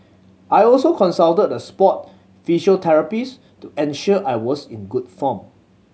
I also consulted a sport physiotherapist to ensure I was in good form